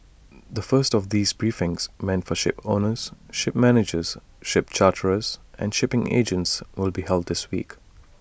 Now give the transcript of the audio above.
the first of these briefings meant for shipowners ship managers ship charterers and shipping agents will be held this week